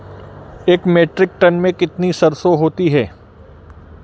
एक metric ton में कितनी सरसों होती है?